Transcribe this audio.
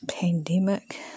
pandemic